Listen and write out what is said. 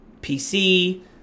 PC